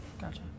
Gotcha